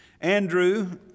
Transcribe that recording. Andrew